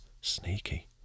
Sneaky